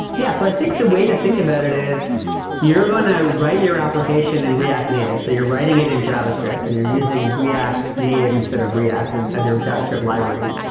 yeah. so i think the way to think about it is you're going to write your application in react native. so you're writing it in javascript and you're using react native instead of react and as your javascript libraries.